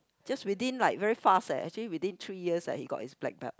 just within like very fast eh actually within three years he got his black belt